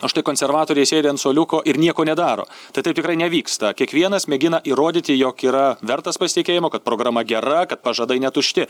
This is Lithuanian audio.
o štai konservatoriai sėdi ant suoliuko ir nieko nedaro tai taip tikrai nevyksta kiekvienas mėgina įrodyti jog yra vertas pasitikėjimo kad programa gera kad pažadai netušti